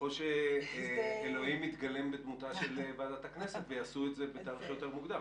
או שאלוהים יתגלם בדמותה של ועדת הכנסת ויעשו את זה בתאריך יותר מוקדם,